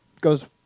goes